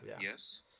Yes